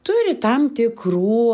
turi tam tikrų